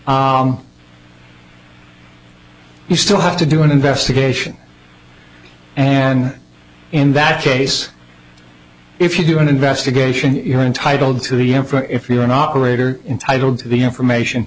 you still have to do an investigation and in that case if you do an investigation you're entitled to the end for if you're an operator entitled to the information